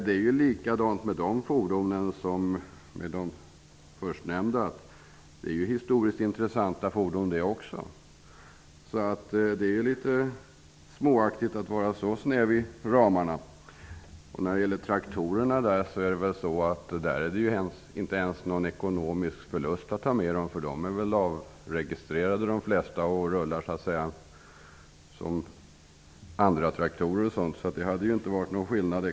Det är likadant med de fordonen som med de först nämnda -- de är också historiskt intressanta. Det är därför litet småaktigt att ha så snäva ramar. När det gäller traktorerna är det inte ens någon ekonomisk förlust att ta med dem -- de flesta är väl avregistrerade och rullar så att säga som andratraktorer och liknande. Ekonomiskt sett hade det inte gjort någon skillnad.